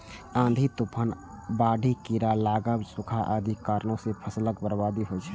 आंधी, तूफान, बाढ़ि, कीड़ा लागब, सूखा आदिक कारणें फसलक बर्बादी होइ छै